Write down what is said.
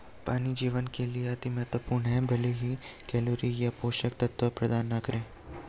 पानी जीवन के लिए अति महत्वपूर्ण है भले ही कैलोरी या पोषक तत्व प्रदान न करे